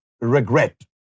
regret